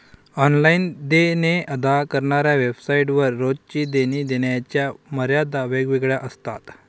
online देणे अदा करणाऱ्या वेबसाइट वर रोजची देणी देण्याच्या मर्यादा वेगवेगळ्या असतात